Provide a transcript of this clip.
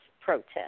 protest